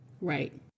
Right